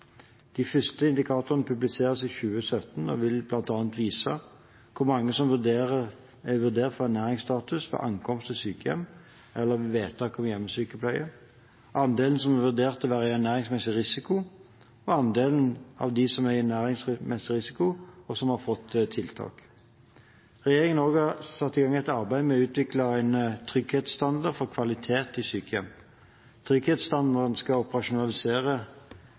De første indikatorene publiseres i 2017 og vil bl.a. vise hvor mange som er vurdert for ernæringsstatus ved ankomst til sykehjem eller ved vedtak om hjemmesykepleie andelen som er vurdert å være i ernæringsmessig risiko, og andelen av dem som er i ernæringsmessig risiko, og som har fått tiltak Regjeringen har satt i gang et arbeid med å utvikle en trygghetsstandard for kvalitet i sykehjem. Trygghetsstandarden skal operasjonalisere